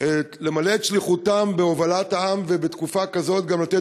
לנצל אותם במידה שאפשר גם לסייע,